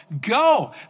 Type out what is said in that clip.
go